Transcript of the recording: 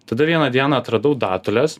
tada vieną dieną atradau datules